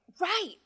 right